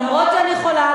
למרות שאני חולה,